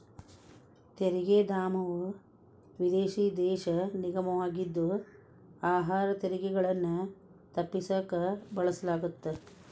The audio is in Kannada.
ತೆರಿಗೆ ಧಾಮವು ವಿದೇಶಿ ದೇಶ ನಿಗಮವಾಗಿದ್ದು ಆದಾಯ ತೆರಿಗೆಗಳನ್ನ ತಪ್ಪಿಸಕ ಬಳಸಲಾಗತ್ತ